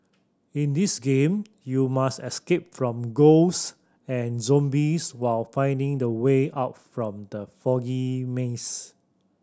in this game you must escape from ghosts and zombies while finding the way out from the foggy maze